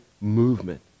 movement